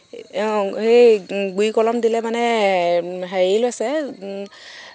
অঁ এই গুড়ি কলম দিলে মানে হেৰি লৈছে